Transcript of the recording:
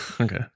Okay